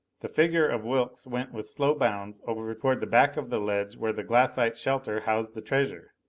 the figure of wilks went with slow bounds over toward the back of the ledge where the glassite shelter housed the treasure.